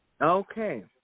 Okay